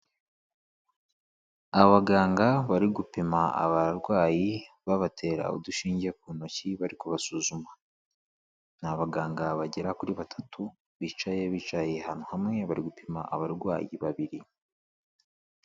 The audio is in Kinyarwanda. Abaganga bari gupima abarwayi, babatera udushinge ku ntoki bari kubasuzuma. Ni abaganga bagera kuri batatu bicaye, bicaye ahantu hamwe bari gupima abarwayi babiri.